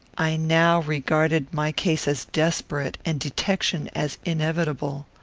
i now regarded my case as desperate, and detection as inevitable.